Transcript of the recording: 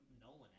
Nolan